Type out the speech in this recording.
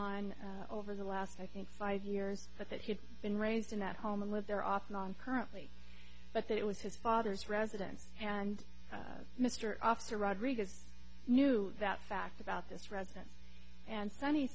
on over the last i think five years but that he had been raised in that home and lived there off and on currently but that it was his father's residence and mr officer rodriguez knew that fact about this residence and sonny